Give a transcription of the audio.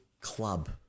club